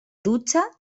dutxa